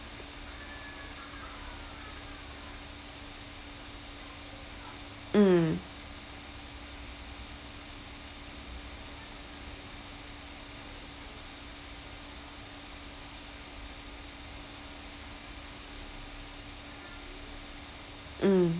mm mm